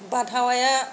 बारहावाया